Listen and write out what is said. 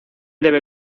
debe